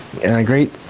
Great